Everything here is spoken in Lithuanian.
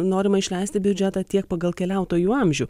norimą išleisti biudžetą tiek pagal keliautojų amžių